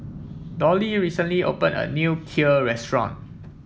Dolly recently opened a new Kheer restaurant